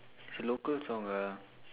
it's a local song lah